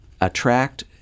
attract